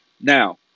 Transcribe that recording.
Now